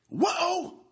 whoa